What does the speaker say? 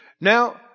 Now